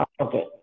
Okay